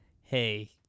hey